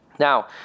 Now